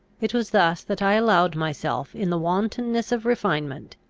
it was thus that i allowed myself in the wantonness of refinement,